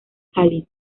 cáliz